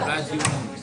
גם האדון,